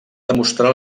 demostrar